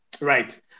Right